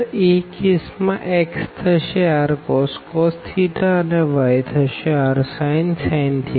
તો એ કેસ માં x થશે rcos અને y થશે rsin